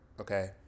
okay